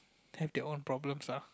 have their own problems ah